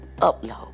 upload